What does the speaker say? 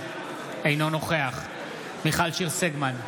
אינו נוכח מיכל שיר סגמן,